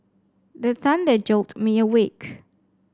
the thunder jolt me awake